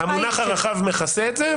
לכן המונח הרחב מכסה את זה,